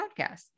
podcast